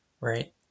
right